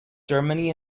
germany